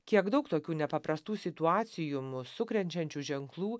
kiek daug tokių nepaprastų situacijų mus sukrenčiančių ženklų